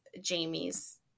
Jamie's